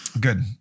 Good